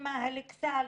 עם איכסאל,